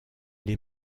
les